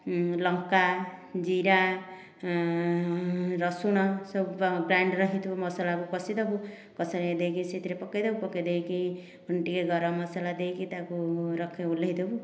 ଲଙ୍କା ଜିରା ରସୁଣ ସବୁ ଗ୍ରାଇଣ୍ଡର ହୋଇଥିବ ମସଲାକୁ କଷି ଦେବୁ କଷି ଦେଇକି ସେଥିରେ ପକାଇ ଦେବୁ ପକାଇ ଦେଇକି ପୁଣି ଟିକେ ଗରମ ମସଲା ଦେଇକି ତାକୁ ରଖ ଓହ୍ଲାଇ ଦେବୁ